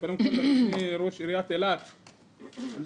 אני יודע.